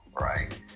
Right